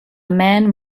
man